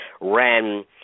ran